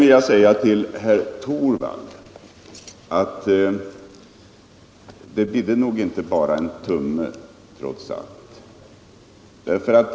Till herr Torwald vill jag säga att det bidde nog inte bara en tumme trots allt.